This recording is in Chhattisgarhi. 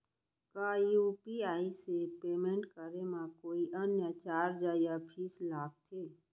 का यू.पी.आई से पेमेंट करे म कोई अन्य चार्ज या फीस लागथे?